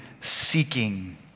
seeking